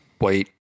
wait